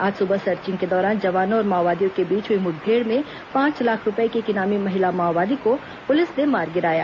आज सुबह सर्चिंग के दौरान जवानों और माओवादियों के बीच हुई मुठभेड़ में पांच लाख रूपए की एक इनामी महिला माओवादी को पुलिस ने मार गिराया